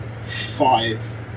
five